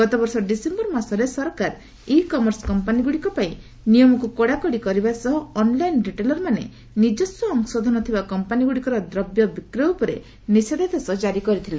ଗତବର୍ଷ ଡିସେମ୍ବର ମାସରେ ସରକାର ଇ କର୍ମର୍ସ କମ୍ପାନୀଗ୍ରଡିକ ପାଇଁ ନିୟମକ୍ର କଡାକଡି କରିବା ସହ ଅନଲାଇନ ରିଟେଲରମାନେ ନିଜସ୍ୱ ଅଂଶଧନ ଥିବା କମ୍ପାନୀଗୁଡିକର ଦ୍ରବ୍ୟ ବିକ୍ରୟ ଉପରେ ନିଷେଧାଦେଶ ଜାରି କରିଥିଲେ